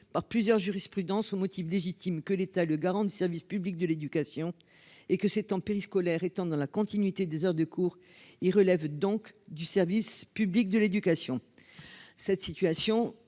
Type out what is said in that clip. par plusieurs jurisprudences au motif Team que l'État le garant du service public de l'éducation et que ces temps périscolaire étant dans la continuité des heures de cours, ils relèvent donc du service public de l'éducation, cette situation